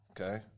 Okay